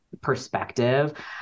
perspective